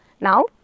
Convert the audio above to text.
Now